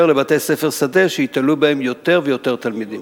לבתי-ספר שדה שיטיילו עמם יותר ויותר תלמידים.